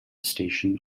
station